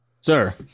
Sir